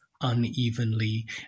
unevenly